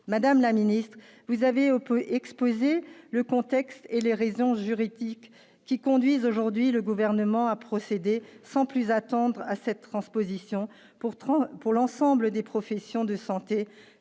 Madame la Ministre, vous avez exposé le contexte et les raisons juridiques qui conduisent aujourd'hui le gouvernement a procédé sans plus attendre à cette transposition pour 30 pour l'ensemble des professions de santé